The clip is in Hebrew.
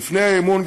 ולפני האי-אמון,